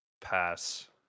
pass